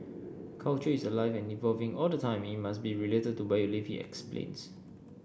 culture is alive and evolving all the time it must be related to where you live he explains